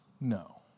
No